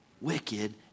wicked